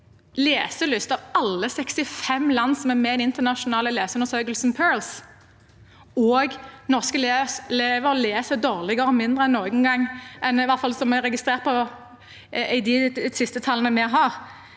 leselyst av alle 65 land som er med i den internasjonale leseundersøkelsen PIRLS, og norske elever leser dårligere og mindre enn noen gang – i hvert fall ut fra det som er registrert i de siste tallene vi har